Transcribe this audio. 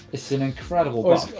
its and incredible